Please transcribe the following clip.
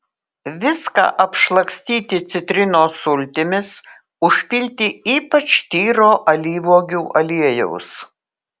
viską apšlakstyti citrinos sultimis užpilti ypač tyro alyvuogių aliejaus